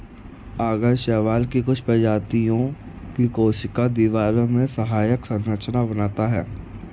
आगर शैवाल की कुछ प्रजातियों की कोशिका दीवारों में सहायक संरचना बनाता है